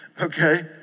okay